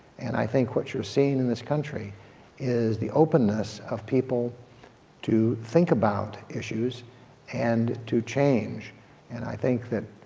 and i think what you are seeing in this country is the openness of people to think about issues and to change and i think that